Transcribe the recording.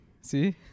See